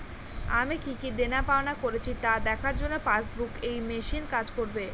আমি কি কি দেনাপাওনা করেছি তা দেখার জন্য পাসবুক ই মেশিন কাজ করবে?